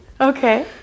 Okay